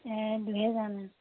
দুহেজাৰমান